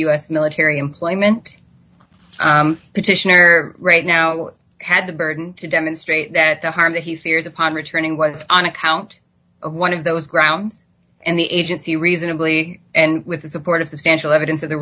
s military employment petitioner right now had the burden to demonstrate that the harm that he fears upon returning was on account of one of those grounds and the agency reasonably and with the support of substantial evidence of the